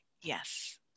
yes